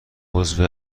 عضو